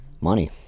money